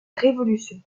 révolution